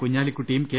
കുഞ്ഞാലിക്കുട്ടിയും K